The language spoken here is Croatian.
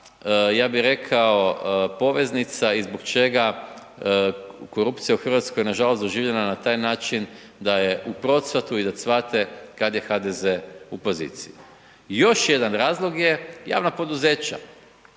ja bi rekao poveznica i zbog čega korupcija u Hrvatskoj nažalost doživljena na taj način da je u procvatu i da cvate kad je HDZ u poziciji. I još jedan razlog je javna poduzeća,